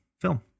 film